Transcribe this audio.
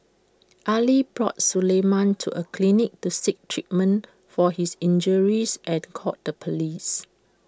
Ali brought Suleiman to A clinic to seek treatment for his injuries and called the Police